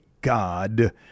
God